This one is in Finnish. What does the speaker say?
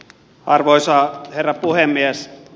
arvoisa herra puhemies